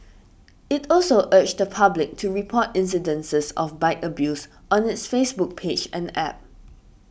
it also urged the public to report incidents of bike abuse on its Facebook page and App